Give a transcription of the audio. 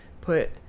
put